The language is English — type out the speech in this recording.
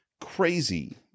crazy